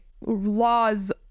laws